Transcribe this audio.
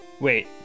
Wait